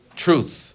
truth